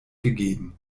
gegeben